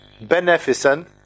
beneficent